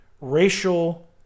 racial